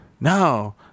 No